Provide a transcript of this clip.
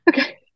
Okay